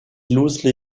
loosely